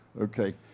okay